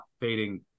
fading